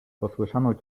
posłyszano